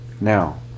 Now